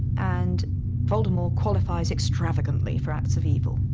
and voldemort qualifies extravagantly for acts of evil.